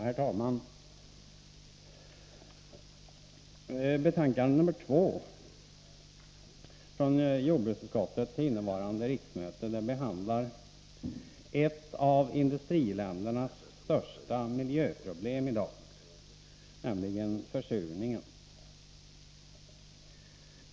Herr talman! Betänkande nr 2 från jordbruksutskottet till innevarande riksmöte behandlar ett av industriländernas största miljöproblem i dag — försurningen.